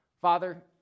Father